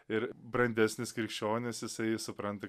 ir brandesnis krikščionis jisai supranta